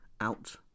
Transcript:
out